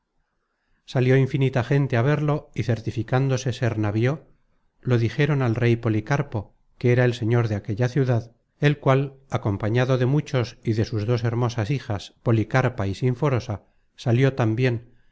salió infinita gente á verlo y certificándose ser navío lo dijeron al rey policarpo que era el señor de aquella ciudad el cual acompañado de muchos y de sus dos hermosas hijas policarpa y sinforosa salió tambien